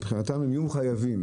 מבחינתם הם יהיו חייבים.